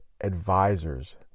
advisors